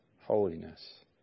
Holiness